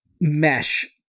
mesh